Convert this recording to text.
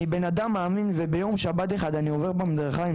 אני בנאדם מאמין וביום שבת אחד אני עובר במדרכה עם